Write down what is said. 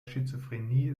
schizophrenie